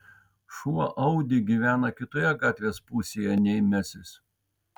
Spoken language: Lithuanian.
šuo audi gyvena kitoje gatvės pusėje nei mesis